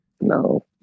No